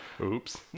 Oops